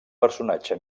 personatge